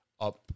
up